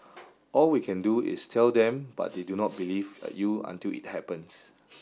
all we can do is tell them but they do not believe you until it happens